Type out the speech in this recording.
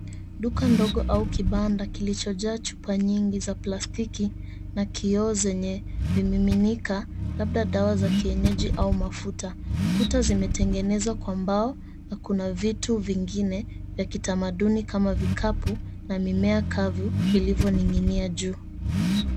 Duka ndogo au kibanda kilichojaa chupa nyingi za plastiki na kioo zenye vimiminika labda dawa za kienyeji au mafuta. Kuta zimetengenezwa kwa mbao na kuna vitu vingine vya kitamaduni kama vikapu na mimea kavu vilivyoning'inia juu.